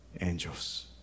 angels